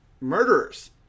murderers